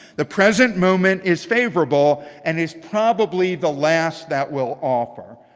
the present moment is favorable and is probably the last that will offer.